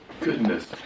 Goodness